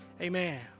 Amen